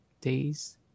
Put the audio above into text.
days